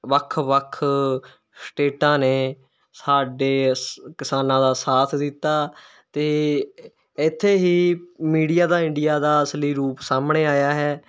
ਵੱਖ ਵੱਖ ਸਟੇਟਾਂ ਨੇ ਸਾਡੇ ਸ ਕਿਸਾਨਾਂ ਦਾ ਸਾਥ ਦਿੱਤਾ ਅਤੇ ਇੱਥੇ ਹੀ ਮੀਡੀਆ ਦਾ ਇੰਡੀਆ ਦਾ ਅਸਲੀ ਰੂਪ ਸਾਹਮਣੇ ਆਇਆ ਹੈ